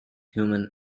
human